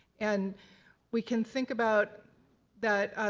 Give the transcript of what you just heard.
and we can think about that,